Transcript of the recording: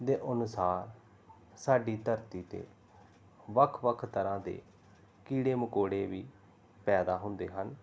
ਦੇ ਅਨੁਸਾਰ ਸਾਡੀ ਧਰਤੀ 'ਤੇ ਵੱਖ ਵੱਖ ਤਰ੍ਹਾਂ ਦੇ ਕੀੜੇ ਮਕੌੜੇ ਵੀ ਪੈਦਾ ਹੁੰਦੇ ਹਨ